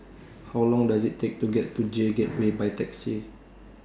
How Long Does IT Take to get to J Gateway By Taxi